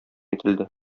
ителде